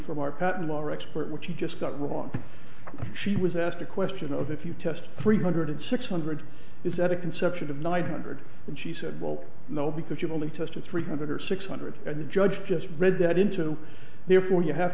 from our patent law expert what you just got wrong she was asked a question of if you test three hundred six hundred is that a conception of nine hundred and she said well no because you've only tested three hundred or six hundred and the judge just read that into the therefore you have